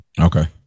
Okay